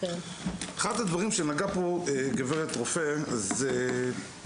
אחד הדברים שגברת רופא ציינה